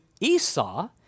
Esau